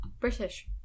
British